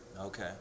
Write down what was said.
Okay